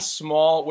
small